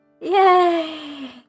Yay